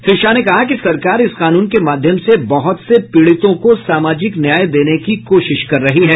श्री शाह ने कहा कि सरकार इस कानून के माध्यम से बहुत से पीड़ितों को सामाजिक न्याय देने की कोशिश कर रही है